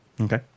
okay